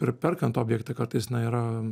ir perkant objektą kartais na yra